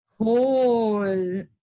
whole